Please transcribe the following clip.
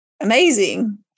Amazing